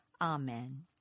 Amen